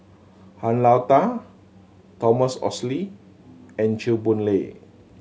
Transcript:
Han Lao Da Thomas Oxley and Chew Boon Lay